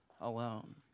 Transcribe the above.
alone